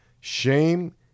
Shame